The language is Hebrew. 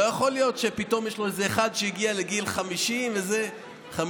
לא יכול להיות שפתאום יש לו אחד שהגיע לגיל 50. הוא אמר